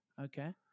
Okay